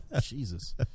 Jesus